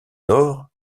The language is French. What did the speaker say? nord